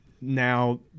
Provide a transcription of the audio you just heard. now